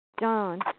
John